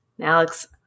Alex